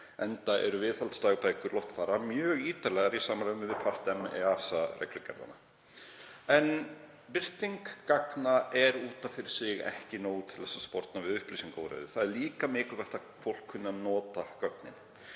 enda eru viðhaldsdagbækur loftfara mjög ítarlegar í samræmi við Part-M EASA-reglugerðirnar. En birting gagna er út af fyrir sig ekki nóg til að sporna við upplýsingaóreiðu. Það er líka mikilvægt að fólk kunni að nota gögnin.